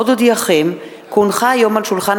אורי מקלב ופניה קירשנבאום וקבוצת חברי הכנסת,